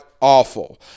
awful